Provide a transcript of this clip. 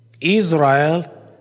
Israel